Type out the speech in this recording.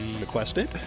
requested